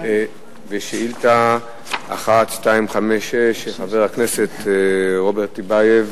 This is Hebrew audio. שאילתא 1256 של חבר הכנסת רוברט טיבייב,